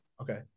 Okay